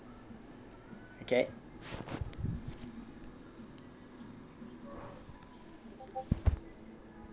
okay